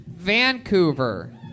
Vancouver